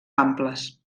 amples